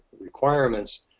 requirements